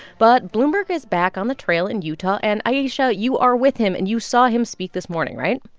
but bloomberg is back on the trail in utah. and ayesha, you are with him, and you saw him speak this morning, right?